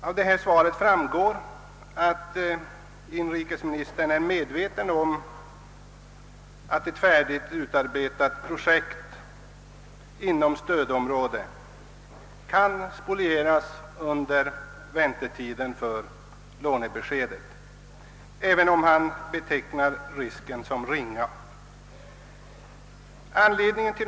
Av svaret framgår att inrikesministern är medveten om att ett färdigt, utarbetat projekt inom ett stödområde kan spolieras under väntan på lånebeskedet, även om han betecknar risken som ringa.